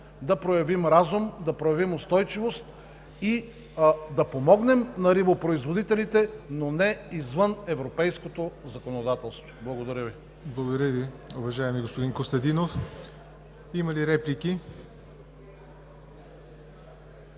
да проявим разум, да проявим устойчивост и да помогнем на рибопроизводителите, но не извън европейското законодателство. Благодаря Ви. ПРЕДСЕДАТЕЛ ЯВОР НОТЕВ: Благодаря Ви, уважаеми господин Костадинов. Има ли реплики?